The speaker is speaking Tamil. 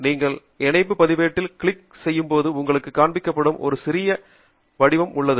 நீங்கள் இணைப்பு பதிவேட்டில் கிளிக் செய்யும் போது உங்களுக்கு காண்பிக்கப்படும் ஒரு சிறிய வடிவம் உள்ளது